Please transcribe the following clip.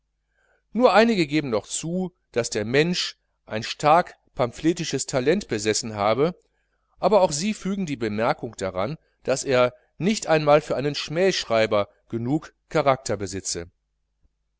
nur einige geben noch zu daß der mensch ein starkes pamphletistisches talent besessen habe aber auch sie fügen die bemerkung daran daß er nicht einmal für einen schmähschreiber genug charakter besitze